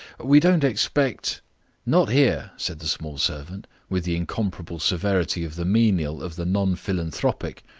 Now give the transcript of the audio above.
we don't expect not here, said the small servant, with the incomparable severity of the menial of the non-philanthropic,